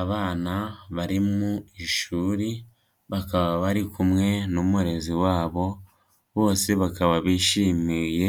Abana bari mu ishuri bakaba bari kumwe n'umurezi wabo, bose bakaba bishimiye